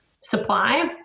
supply